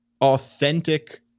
authentic